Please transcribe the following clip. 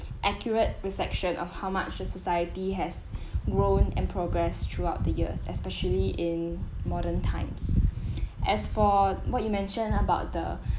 accurate reflection of how much society has grown and progress throughout the years especially in modern times as for what you mentioned about the